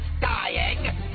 dying